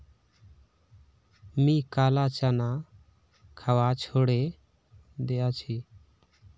मी काला चना खवा छोड़े दिया छी